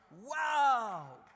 Wow